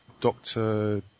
Doctor